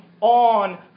on